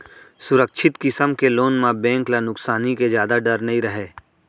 सुरक्छित किसम के लोन म बेंक ल नुकसानी के जादा डर नइ रहय